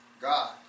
God